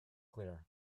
clear